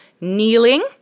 kneeling